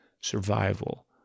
survival